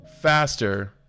faster